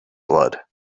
blood